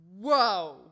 Whoa